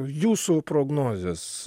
jūsų prognozės